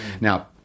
Now